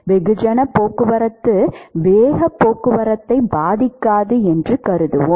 வெகுஜன போக்குவரத்து வேகப் போக்குவரத்தை பாதிக்காது என்று கருதுவோம்